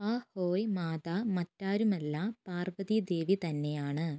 അഹോയ് മാതാ മറ്റാരുമല്ല പാർവ്വതീദേവി തന്നെയാണ്